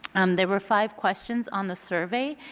um there were five questions on the survey,